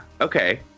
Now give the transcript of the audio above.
Okay